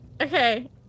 Okay